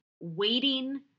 waiting